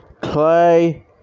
Clay